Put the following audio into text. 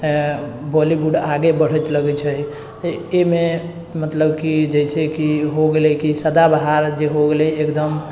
बॉलीवुड आगे बढ़ैत लगै छै एहिमे मतलब कि जइसेकि हो गेलै कि सदाबहार जे हो गेलै एकदम